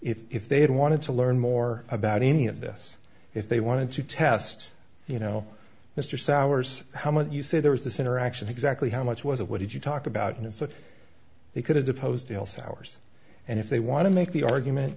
disclosures if they had wanted to learn more about any of this if they wanted to test you know mr souers how much you say there was this interaction exactly how much was it what did you talk about and if so if they could have deposed deal sours and if they want to make the argument